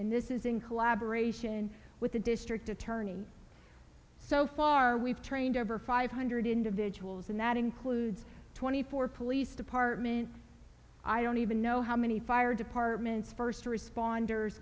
and this is in collaboration with the district attorney so far we've trained over five hundred individuals and that includes twenty four police department i don't even know how many fire departments first responders